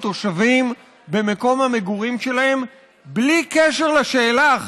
תושבים במקום המגורים שלהם בלי קשר לשאלה,